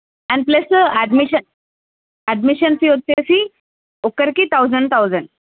and plus admission admission fee వచ్చేసి ఒక్కరికి thousand thousand